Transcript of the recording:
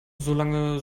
solange